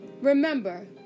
Remember